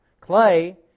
Clay